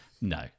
No